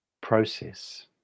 process